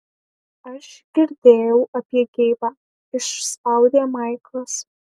aš girdėjau apie geibą išspaudė maiklas